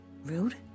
Rude